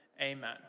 Amen